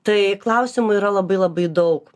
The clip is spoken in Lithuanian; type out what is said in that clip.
tai klausimų yra labai labai daug